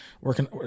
working